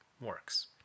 works